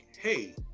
Hey